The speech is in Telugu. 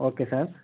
okay sir